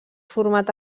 format